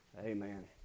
Amen